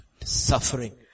Suffering